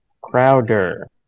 Crowder